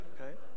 okay